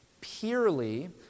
purely